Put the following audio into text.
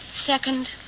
Second